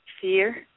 Fear